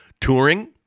touring